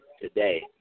today